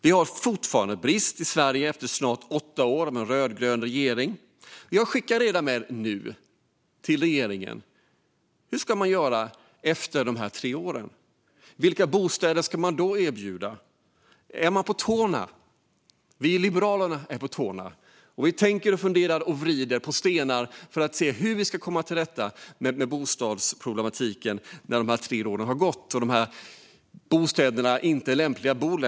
Vi har fortfarande bostadsbrist efter snart åtta år med en rödgrön regering. Därför frågar jag regeringen redan nu: Hur ska man göra efter dessa tre år? Vilka bostäder ska man då erbjuda? Är man på tårna? Vi i Liberalerna är på tårna. Vi tänker, funderar och vänder på stenar för att se hur vi ska komma till rätta med bostadsproblematiken när dessa tre år har gått och dessa enkla bostäder inte längre är lämpliga att bo i.